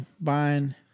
Buying